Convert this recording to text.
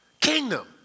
Kingdom